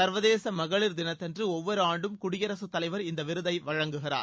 சர்வதேச மகளிர் தினத்தன்று ஒவ்வொரு ஆண்டும் குடியரசுத் தலைவர் இந்த விருதை வழங்குகிறார்